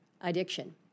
addiction